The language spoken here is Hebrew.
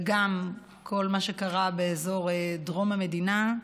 וגם כל מה שקרה באזור דרום המדינה,